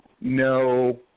no